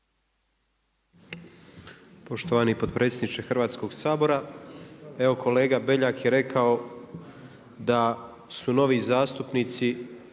Poštovani potpredsjedniče Hrvatskog sabora, evo kolega Beljak je rekao da su novi zastupnici